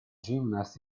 gymnast